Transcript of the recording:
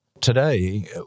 today